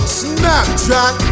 snapchat